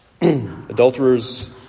Adulterers